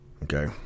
Okay